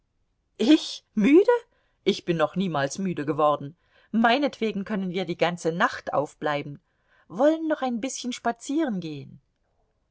ich müde ich bin noch niemals müde geworden meinetwegen können wir die ganze nacht aufbleiben wollen noch ein bißchen spazierengehen